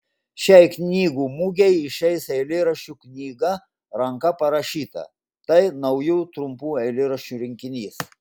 šiai knygų mugei išeis eilėraščių knyga ranka parašyta tai naujų trumpų eilėraščių rinkinys